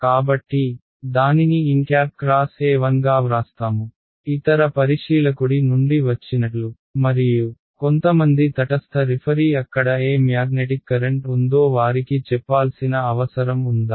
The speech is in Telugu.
కాబట్టి దానినిnxE1 గా వ్రాస్తాము ఇతర పరిశీలకుడి నుండి వచ్చినట్లు మరియు కొంతమంది తటస్థ రిఫరీ అక్కడ ఏ మ్యాగ్నెటిక్ కరెంట్ ఉందో వారికి చెప్పాల్సిన అవసరం ఉందా